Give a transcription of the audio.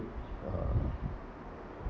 uh